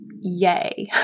yay